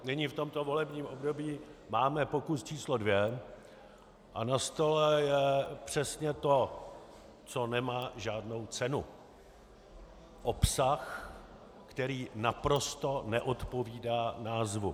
Nyní v tomto volebním období máme pokus číslo dvě a na stole je přesně to, co nemá žádnou cenu obsah, který naprosto neodpovídá názvu.